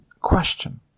question